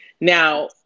Now